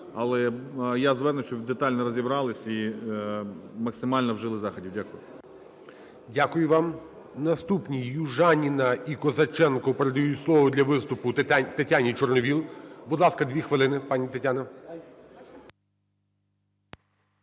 але я звернусь, щоб детально розібралися і максимально вжили заходів. Дякую. ГОЛОВУЮЧИЙ. Дякую вам. Наступні Южаніна і Козаченко передають слово для виступу Тетяні Чорновол. Будь ласка, 2 хвилини, пані Тетяна.